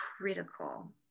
critical